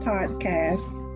Podcasts